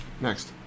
Next